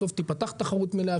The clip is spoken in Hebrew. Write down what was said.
בסוף תפתח תחרות מלאה.